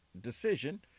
decision